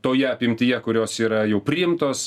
toje apimtyje kurios yra jau priimtos